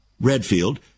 Redfield